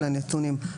של הנתונים.